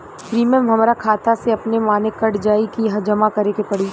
Premium हमरा खाता से अपने माने कट जाई की जमा करे के पड़ी?